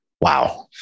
wow